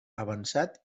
avançat